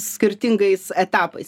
skirtingais etapais